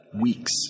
weeks